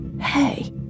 Hey